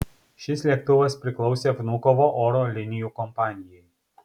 šis lėktuvas priklausė vnukovo oro linijų kompanijai